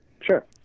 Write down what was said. Sure